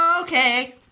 Okay